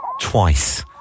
twice